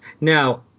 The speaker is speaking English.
Now